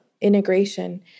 integration